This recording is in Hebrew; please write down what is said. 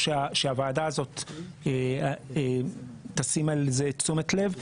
שהוועדה הזאת תשים על זה תשומת לב,